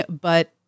but-